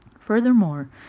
Furthermore